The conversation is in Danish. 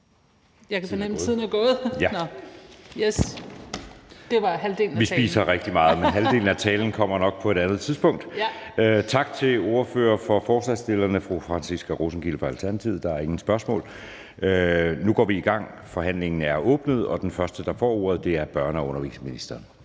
Jeg kan fornemme, at tiden er gået. Ja, det var halvdelen af talen. Kl. 19:05 Anden næstformand (Jeppe Søe): Vi spiser rigtig meget. Halvdelen af talen kommer nok på et andet tidspunkt. Tak til ordføreren for forslagsstillerne, fru Franciska Rosenkilde fra Alternativet. Der er ingen spørgsmål. Nu går vi i gang. Forhandlingen er åbnet, og den første, der får ordet, er børne- og undervisningsministeren.